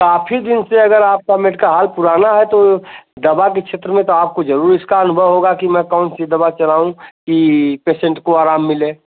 काफी दिन से अगर आपका मेडका हॉल पुराना हे तो दवा के क्षेत्र में तो आपको जरूर इसका अनुभव होगा कि मैं कौन सी दवा चलाऊँ की पसेन्ट को आराम मिले